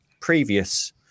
previous